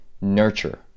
nurture